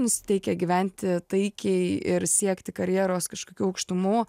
nusiteikę gyventi taikiai ir siekti karjeros kažkokių aukštumų